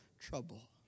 Trouble